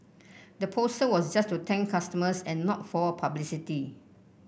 the poster was just to thank customers and not for publicity